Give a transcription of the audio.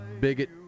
bigot